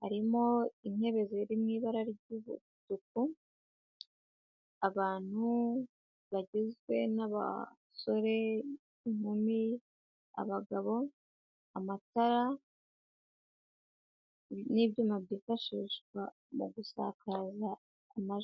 harimo intebe ziri mu ibara ry'umutuku, abantu bagizwe n'abasore, inkumi, abagabo, amatara n'ibyuma byifashishwa mu gusakaza amajwi.